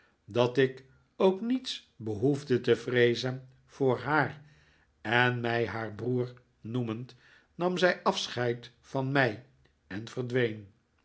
dat ik ook niets behoefde te vreezen voor haar en mij haar broer noemend nam zij afscheid van mij en verdween